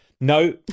no